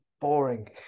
boring